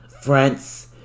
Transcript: France